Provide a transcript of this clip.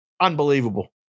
Unbelievable